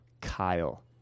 Kyle